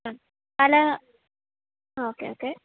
മ്മ് പല ആ okay okay